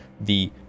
the-